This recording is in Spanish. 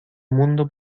mundo